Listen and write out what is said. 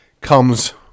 comes